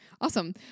Awesome